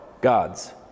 gods